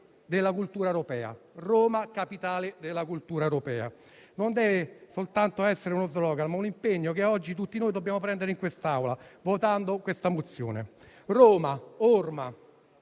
da sempre. Roma capitale della cultura europea: non deve soltanto essere uno *slogan*, ma un impegno che oggi tutti noi dobbiamo prendere in quest'Aula votando la mozione. Roma, orma: